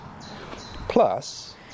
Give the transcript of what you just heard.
Plus